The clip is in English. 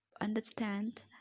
understand